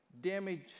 damage